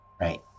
right